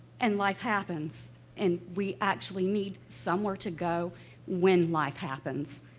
and life happens, and we actually need somewhere to go when life happens,